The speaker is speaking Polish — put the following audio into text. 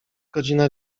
godzina